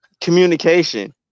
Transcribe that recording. communication